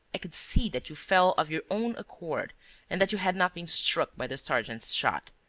i could see that you fell of your own accord and that you had not been struck by the sergeant's shot.